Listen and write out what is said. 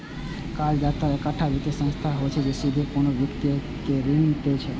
कर्जदाता एकटा वित्तीय संस्था होइ छै, जे सीधे कोनो व्यक्ति कें ऋण दै छै